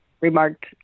remarked